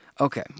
Okay